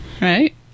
Right